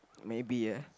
maybe ah